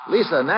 Lisa